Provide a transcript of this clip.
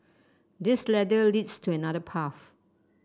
this ladder leads to another path